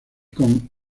con